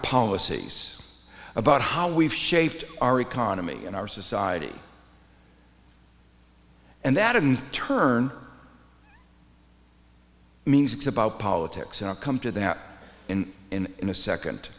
policies about how we've shaped our economy and our society and that in turn means it's about politics and come to that in in in a second